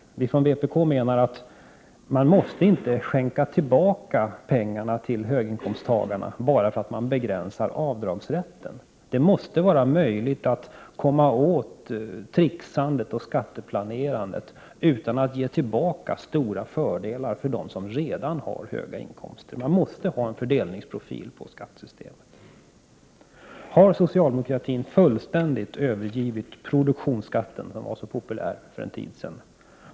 Vi från vpk menar att man inte måste skänka tillbaka pengarna till höginkomsttagarna bara för att man begränsar avdragsrätten. Det måste vara möjligt att komma åt trixandet och skatteplanerandet utan att ge tillbaka stora fördelar för dem som redan har höga inkomster. Skattesystemet måste ha en fördelningsprofil. Har socialdemokratin fullständigt övergivit produktionsskatten, som var så populär för en tid sedan?